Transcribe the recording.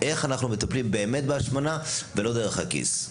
איך אנחנו מטפלים באמת בהשמנה ולא דרך הכיס.